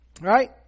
Right